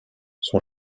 son